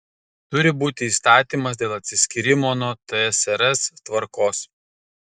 turi būti įstatymas dėl atsiskyrimo nuo tsrs tvarkos